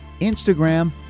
Instagram